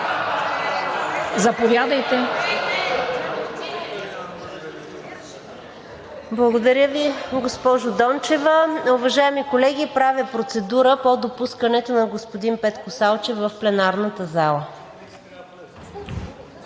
(ГЕРБ-СДС): Благодаря Ви, госпожо Дончева. Уважаеми колеги, правя процедура по допускането на господин Петко Салчев в пленарната зала.